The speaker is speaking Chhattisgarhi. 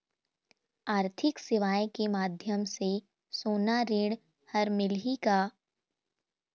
आरथिक सेवाएँ के माध्यम से सोना ऋण हर मिलही का?